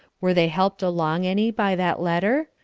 were they helped along any by that letter?